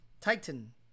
Titan